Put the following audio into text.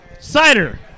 Cider